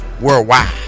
worldwide